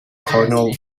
cardinal